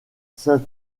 saint